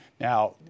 Now